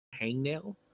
hangnail